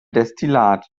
destillat